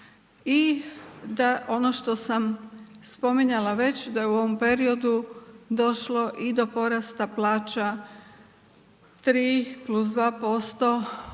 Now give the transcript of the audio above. i da ono što sam spominjala već da je u ovom periodu došlo i do porasta plaća 3+2% u ovom